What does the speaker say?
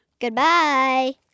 Goodbye